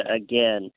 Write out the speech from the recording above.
again